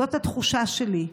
זאת התחושה שלי.